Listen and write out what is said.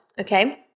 Okay